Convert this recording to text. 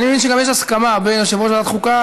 אני מבין שגם יש הסכמה עם יושב-ראש ועדת חוקה,